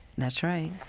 that's right.